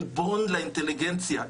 עלבון לאינטליגנציה,